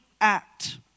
act